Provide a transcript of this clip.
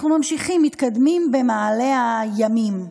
אנחנו ממשיכים, מתקדמים במעלה הימים.